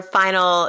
final